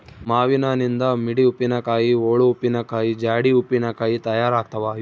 ಮಾವಿನನಿಂದ ಮಿಡಿ ಉಪ್ಪಿನಕಾಯಿ, ಓಳು ಉಪ್ಪಿನಕಾಯಿ, ಜಾಡಿ ಉಪ್ಪಿನಕಾಯಿ ತಯಾರಾಗ್ತಾವ